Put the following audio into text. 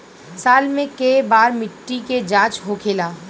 साल मे केए बार मिट्टी के जाँच होखेला?